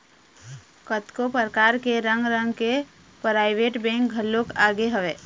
कतको परकार के रंग रंग के पराइवेंट बेंक घलोक आगे हवय